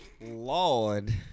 Lord